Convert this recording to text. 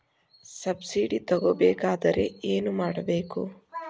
Subsidy ತಗೊಬೇಕಾದರೆ ಏನು ಮಾಡಬೇಕು?